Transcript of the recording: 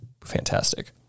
fantastic